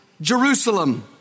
Jerusalem